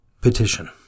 Petition